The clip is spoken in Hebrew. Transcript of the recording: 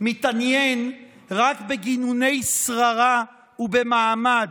מתעניין רק בגינוני שררה ובמעמד.